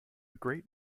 great